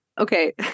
okay